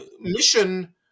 mission